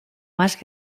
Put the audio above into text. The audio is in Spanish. más